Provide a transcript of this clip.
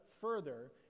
further